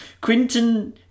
Quinton